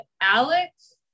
Alex